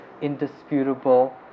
indisputable